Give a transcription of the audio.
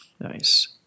Nice